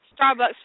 Starbucks